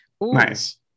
Nice